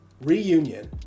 Reunion